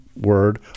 word